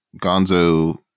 Gonzo